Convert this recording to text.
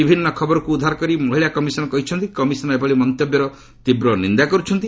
ବିଭିନ୍ନ ଖବରକୁ ଉଦ୍ଧାର କରି ମହିଳା କମିଶନ୍ କହିଛନ୍ତି କମିଶନ୍ ଏଭଳି ମନ୍ତବ୍ୟର ତୀବ୍ର ନିନ୍ଦା କରୁଛନ୍ତି